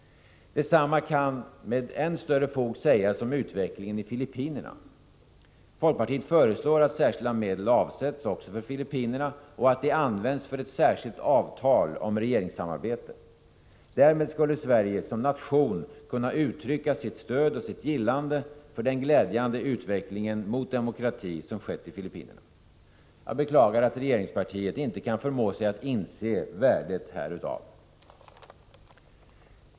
Detsamma kan med än större fog sägas om utvecklingen i Filippinerna. Folkpartiet föreslår att särskilda medel avsätts också för Filippinerna och att de används för ett särskilt avtal om regeringssamarbete. Därmed skulle Sverige som nation kunna uttrycka sitt stöd för och sitt gillande av den glädjande utveckling mot demokrati som har skett i Filippinerna. Jag beklagar att regeringspartiet inte kan förmå sig att inse värdet härav.